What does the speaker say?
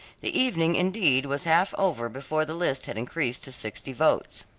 the evening, indeed, was half over before the list had increased to sixty votes.